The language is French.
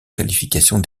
qualifications